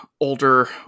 older